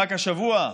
רק השבוע,